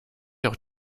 auch